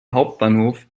hauptbahnhof